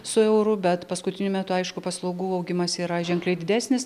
su euru bet paskutiniu metu aišku paslaugų augimas yra ženkliai didesnis